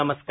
नमस्कार